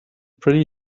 pretty